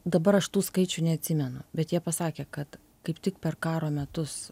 dabar aš tų skaičių neatsimenu bet jie pasakė kad kaip tik per karo metus